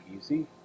easy